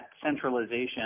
centralization